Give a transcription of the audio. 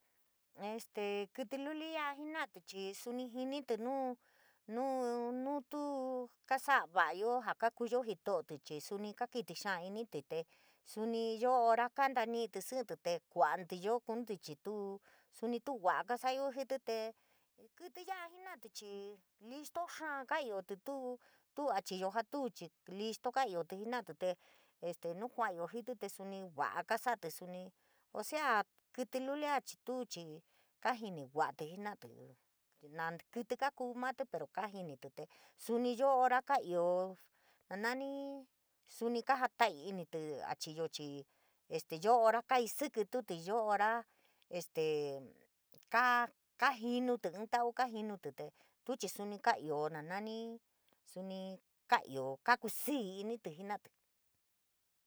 Este kítí luli ya'a jena'atí chii jinití nuu nutuu kasaa va'ayo jaa kakuyo jito'otí chii suni kakítí xaa inití tee suni yoo hora kantañití sí'íntí tee kuaatí yoo kunitíí chii tuu suni tuu vaa kasa'ayo jití tee kítí ya'a jena'atí chii listo xaa kaiotí, tuu tu achiyo jaa tuu, chii listo kaiotí jena'atí te este nuu ka'ayo jití te suni va'a kaasa'atí suni, osea kítílulia cii tu chii kaajini va'atí jena'atí nnakítí kakúú matí, pero kaajinití tee suni io hora kaio ja nani suni kajata'ainití chii este yoo hora kaisíkítutí yoo hora kajinutí in tau kajinutí tee tuu chii suni kaio na nani suni kaio kakusíí inití jena'atí.